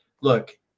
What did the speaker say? look